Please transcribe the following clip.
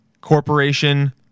Corporation